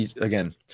again